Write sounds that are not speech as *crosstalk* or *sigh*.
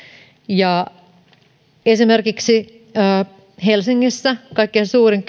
ja esimerkiksi helsingissä kaikkein suurin *unintelligible*